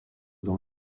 dans